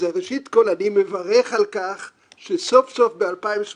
אז ראשית כל אני מברך על כך שסוף סוף ב-2018